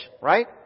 right